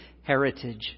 heritage